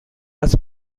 است